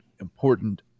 important